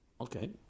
Okay